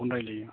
बर'खौनो रायलायो